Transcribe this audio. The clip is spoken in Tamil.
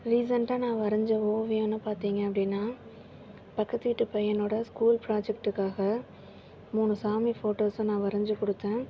ரீசண்ட்டாக நான் வரைஞ்ச ஓவியன்னு பார்த்திங்க அப்படின்னா பக்கத்து வீட்டு பையனோட ஸ்கூல் ப்ராஜெக்ட்டுக்காக மூணு சாமி ஃபோட்டோஸை நான் வரஞ்சு கொடுத்தேன்